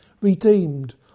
redeemed